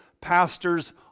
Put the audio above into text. pastor's